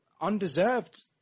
undeserved